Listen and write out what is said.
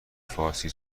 فارسی